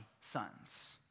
sons